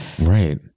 Right